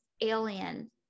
alien